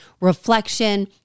reflection